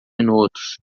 minutos